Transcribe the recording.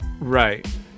Right